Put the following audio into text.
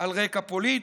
על רקע פוליטי.